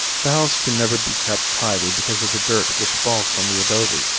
the house can never be kept tidy because of the dirt which falls from the adobe,